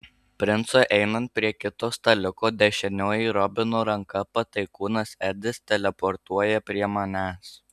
princui einant prie kito staliuko dešinioji robino ranka pataikūnas edis teleportuoja prie manęs